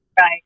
right